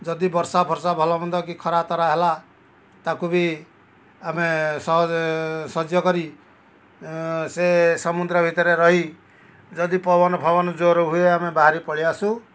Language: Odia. ଯଦି ବର୍ଷା ଫର୍ଷା ଭଲ ମନ୍ଦ କି ଖରା ତରା ହେଲା ତାକୁ ବି ଆମେ ସହଜରେ ସଜ୍ୟ କରି ସେ ସମୁଦ୍ର ଭିତରେ ରହି ଯଦି ପବନ ଫବନ ଜୋର୍ ହୁଏ ଆମେ ବାହାରି ପଳାଇ ଆସୁ